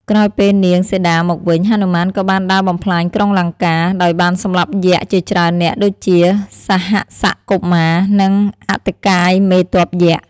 ក្រោយពេលលានាងសីតាមកវិញ ហនុមានក៏បានដើរបំផ្លាញក្រុងលង្កា ដោយបានសម្លាប់យក្សជាច្រើននាក់ដូចជា សហស្សកុមារ និងអតិកាយមេទ័ពយក្ស។